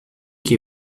que